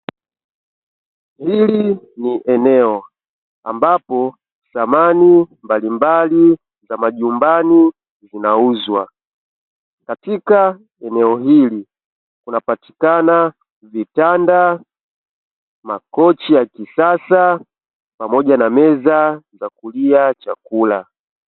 Hili ni eneo ambapo samani mbalimbali za majumbani zinauzwa, katika eneo hili kunapatikana vitanda, makochi ya kisasa pamoja na meza za kulia chakula.